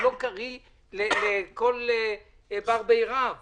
שהוא לא קריא לכל בר בי רב